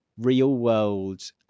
real-world